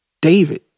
David